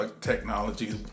technology